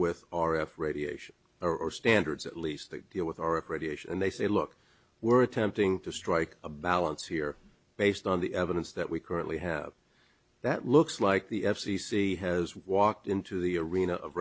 with r f radiation or standards at least that deal with or of radiation and they say look we're attempting to strike a balance here based on the evidence that we currently have that looks like the f c c has walked into the arena of